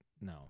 No